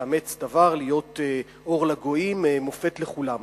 לאמץ דבר, להיות אור לגויים ומופת לכולם.